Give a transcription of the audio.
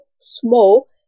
small